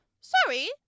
Sorry